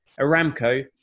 Aramco